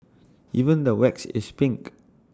even the wax is pink